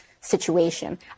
situation